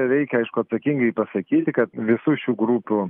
reikia aišku atsakingai pasakyti kad visų šių grupių